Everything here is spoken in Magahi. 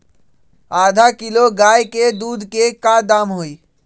आधा किलो गाय के दूध के का दाम होई?